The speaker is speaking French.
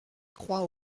croix